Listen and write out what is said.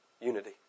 unity